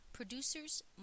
Producers